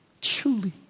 truly